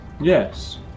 yes